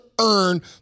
earn